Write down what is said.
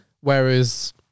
Whereas